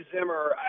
Zimmer